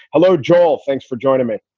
hello, joel. thanks for joining me.